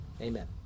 amen